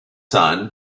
son